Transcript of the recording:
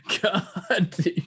God